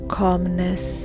calmness